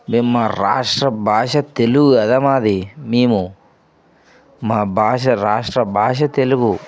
మేము మా రాష్ట్ర భాష తెలుగు కదా మాది మేము మా భాష రాష్ట్ర భాష తెలుగు